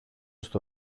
στο